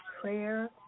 prayer